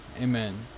Amen